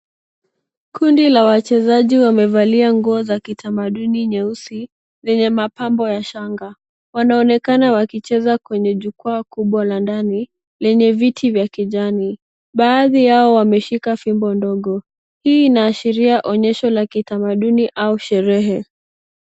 Kundi la wachezaji wamevalia nguo za kitamaduni nyeusi lenye mapambo ya shanga. Wanaonekana wakicheza kwenye jukwaa kubwa la ndani lenye viti vya kijani. Baadhi yao wameshika fimbo ndogo. Hii inaashiria onyesho la kitamaduni au sherehe.